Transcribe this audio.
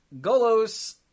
Golos